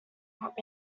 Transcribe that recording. what